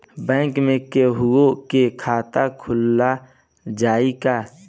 Bank में केहूओ के खाता खुल जाई का?